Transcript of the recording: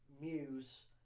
Muse